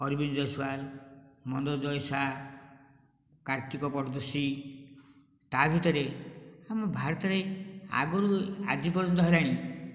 ଅରବିନ୍ଦ ଜେଶୱାଲ ମନ୍ଦଦୟ ସାହା କାର୍ତ୍ତିକ ପଟଜୋଷୀ ତା ଭିତରେ ଆମ ଭାରତରେ ଆଗରୁ ଆଜି ପର୍ଯ୍ୟନ୍ତ ହେଲାଣି